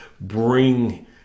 bring